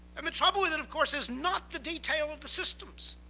and the trouble with it, of course, is not the detail of the systems,